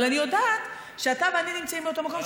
אבל אני יודעת שאתה ואני נמצאים באותו מקום,